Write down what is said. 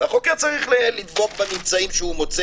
והחוקר צריך לדבוק בממצאים שהוא מוצא